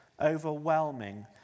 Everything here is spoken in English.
overwhelming